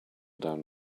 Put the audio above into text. down